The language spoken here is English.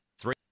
three